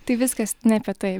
tai viskas ne apie tai